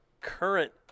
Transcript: current